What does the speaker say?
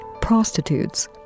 prostitutes